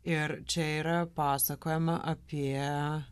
ir čia yra pasakojama apie